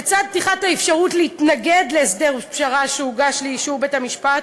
לצד פתיחת האפשרות להתנגד להסדר פשרה שהוגש לאישור בית-המשפט,